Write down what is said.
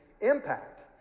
impact